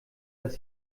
dass